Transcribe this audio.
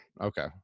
Okay